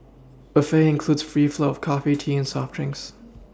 buffet includes free flow of coffee tea and soft drinks